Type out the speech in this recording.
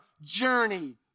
journey